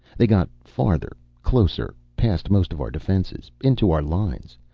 they got farther, closer, past most of our defenses, into our lines.